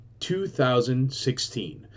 2016